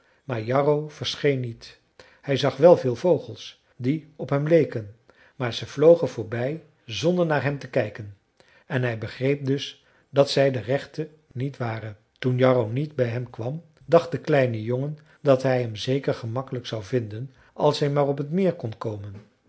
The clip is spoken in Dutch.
maar jarro verscheen niet hij zag wel veel vogels die op hem leken maar ze vlogen voorbij zonder naar hem te kijken en hij begreep dus dat zij de rechte niet waren toen jarro niet bij hem kwam dacht de kleine jongen dat hij hem zeker gemakkelijk zou vinden als hij maar op t meer kon komen